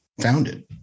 founded